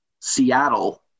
Seattle